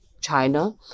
China